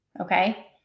okay